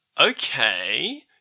Okay